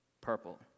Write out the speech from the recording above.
purple